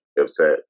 upset